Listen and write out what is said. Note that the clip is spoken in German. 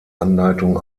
anleitung